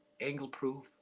angle-proof